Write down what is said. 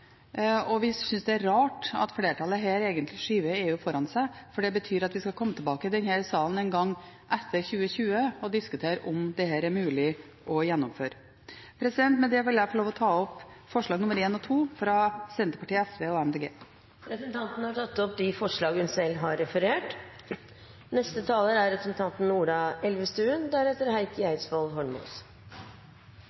og vi synes det er rart at flertallet her egentlig skyver EU foran seg, for det betyr at vi skal komme tilbake i denne salen en gang etter 2020 og diskutere om dette er mulig å gjennomføre. Med det vil jeg få lov til å ta opp forslagene nr. 1 og 2, fra Senterpartiet, SV og Miljøpartiet De Grønne. Representanten Marit Arnstad har tatt opp de forslagene hun